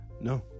no